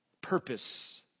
purpose